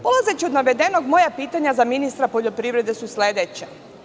Polazeći od navedenog, moja pitanja za ministra poljoprivrede su sledeća.